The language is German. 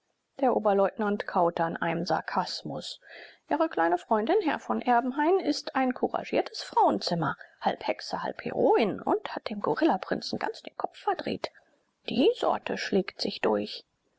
der oberleutnant kaute an einem sarkasmus ihre kleine freundin herr von erbenheim ist ein kouragiertes frauenzimmer halb hexe halb heroine und hat dem gorilla prinzen ganz den kopf verdreht die sorte schlägt sich durch